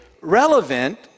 relevant